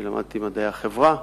אני למדתי מדעי החברה,